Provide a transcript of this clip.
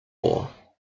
war